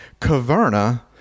Caverna